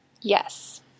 Yes